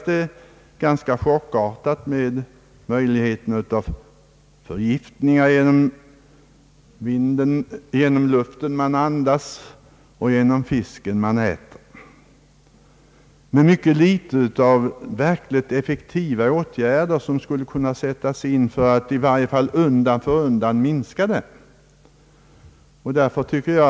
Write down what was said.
Det talas om risk för förgiftning genom luften man andas och fisken man äter, men det talas mycket litet om verkligt effektiva åtgärder, som skulle kunna sättas in för att i varje fall undan för undan minska riskerna.